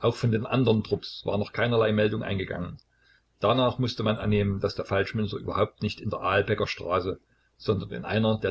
auch von den andern trupps war noch keinerlei meldung eingegangen danach mußte man annehmen daß der falschmünzer überhaupt nicht in der ahlbecker straße sondern in einer der